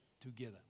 together